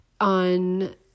on